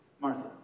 Martha